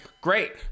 great